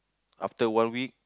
after one week